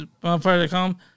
bonfire.com